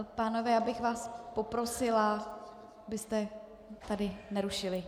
Pánové, já bych vás poprosila, abyste tady nerušili.